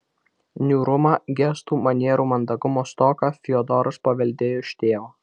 niūrumą gestų manierų mandagumo stoką fiodoras paveldėjo iš tėvo